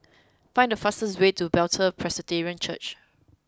find the fastest way to Bethel Presbyterian Church